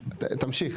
תמשיך.